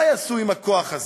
מה יעשו עם הכוח הזה?